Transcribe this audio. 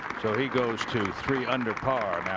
so he goes to three under par.